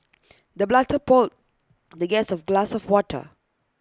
the butler poured the guest of A glass of water